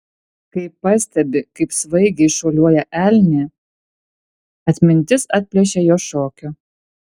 kai pastebi kaip svaigiai šuoliuoja elnė atmintis atplėšia jos šokio